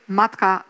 matka